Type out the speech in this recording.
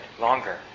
longer